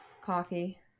Coffee